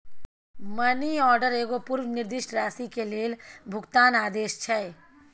money order एगो पूर्व निर्दिष्ट राशि के लेल भुगतान आदेश छै